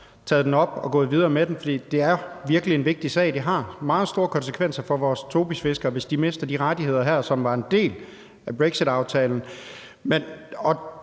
taget sagen op og er gået videre med den, for det er virkelig en vigtig sag. Det har meget store konsekvenser for vores tobisfiskere, hvis de mister de rettigheder her, som var en del af brexitaftalen,